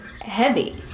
heavy